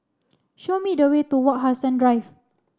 show me the way to Wak Hassan Drive